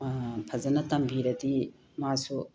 ꯐꯖꯅ ꯇꯝꯕꯤꯔꯗꯤ ꯃꯥꯁꯨ